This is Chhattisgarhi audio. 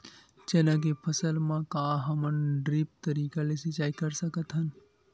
चना के फसल म का हमन ड्रिप तरीका ले सिचाई कर सकत हन?